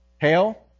Hail